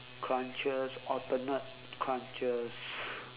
crunches alternate crunches